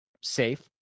safe